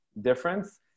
difference